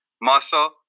muscle